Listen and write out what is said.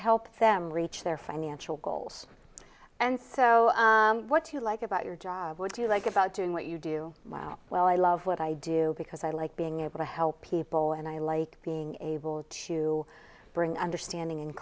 help them reach their financial goals and so what do you like about your job what do you like about doing what you do well well i love what i do because i like being able to help people and i like being able to bring understanding and